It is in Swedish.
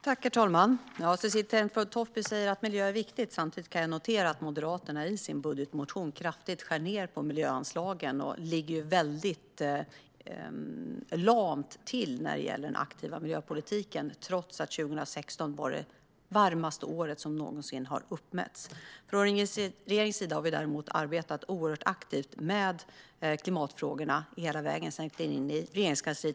Herr talman! Cecilie Tenfjord-Toftby säger att miljö är viktigt. Samtidigt kan jag notera att Moderaterna i sin budgetmotion kraftigt skär ned på miljöanslagen och ligger väldigt lamt till när det gäller den aktiva miljöpolitiken trots att 2016 var det varmaste år som någonsin har uppmätts. Från regeringens sida har vi däremot arbetat oerhört aktivt med klimatfrågorna hela vägen sedan vi klev in i Regeringskansliet.